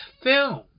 film